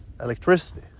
electricity